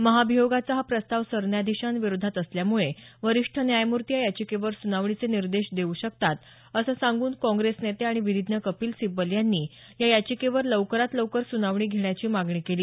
महाभियोगाचा हा प्रस्ताव सर न्यायाधीशांविरोधात असल्यामुळे वरीष्ठ न्यायमूर्ती या याचिकेवर सुनावणीचे निर्देश देऊ शकतात असं सांगून काँग्रेस नेते आणि विधिज्ञ कपिल सिब्बल यांनी या याचिकेवर लवकरात लवकर सुनावणी घेण्याची मागणी केली